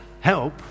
help